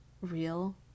real